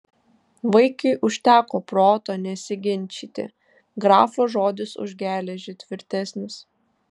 vaikiui užteko proto nesiginčyti grafo žodis už geležį tvirtesnis